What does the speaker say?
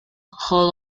hall